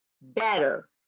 better